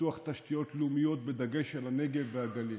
פיתוח תשתיות לאומיות, בדגש על הנגב והגליל,